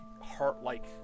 heart-like